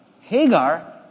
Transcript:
Hagar